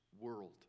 world